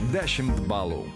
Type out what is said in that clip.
dešimt balų